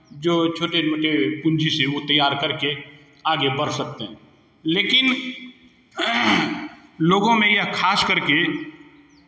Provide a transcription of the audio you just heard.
जो छोटे मोटे पूँजी से वो तैयार कर के आगे बढ़ सकते हैं लेकिन लोगों में यह खास करके